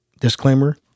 disclaimer